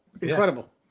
Incredible